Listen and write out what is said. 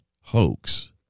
hoax